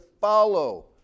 follow